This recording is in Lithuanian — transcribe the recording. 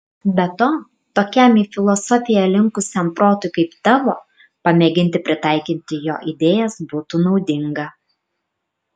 be to tokiam į filosofiją linkusiam protui kaip tavo pamėginti pritaikyti jo idėjas būtų naudinga